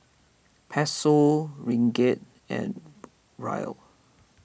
Peso Ringgit and Riel